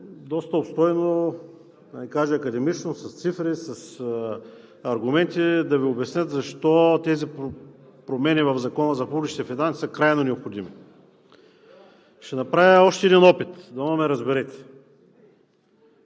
доста обстойно, да не кажа академично, с цифри, с аргументи да Ви обяснят защо тези промени в Закона за публичните финанси са крайно необходими. Ще направя още един опит, дано да ме разберете.